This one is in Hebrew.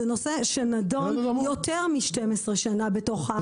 הוא נושא שנידון יותר מ-12 שנים בתוך האגף,